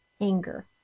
anger